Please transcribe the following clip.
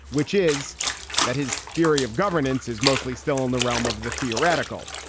which is that his theory of governance is mostly still in the realm of the theoretical.